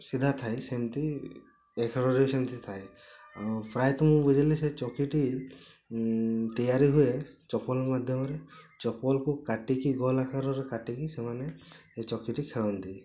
ସିଧା ଥାଏ ସେନ୍ତି ଏଇ ଖେଳରେ ବି ସେନ୍ତି ଥାଏ ଆଉ ପ୍ରାୟତଃ ମୁଁ ବୁଝିଲି ସେ ଚକିଟି ତିଆରି ହୁଏ ଚପଲ ମାଧ୍ୟମରେ ଚପଲକୁ କାଟିକି ବଲ୍ ଆକାରର କାଟିକି ସେମାନେ ଏଇ ଚକିଟି ଖେଳନ୍ତି